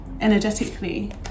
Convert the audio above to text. energetically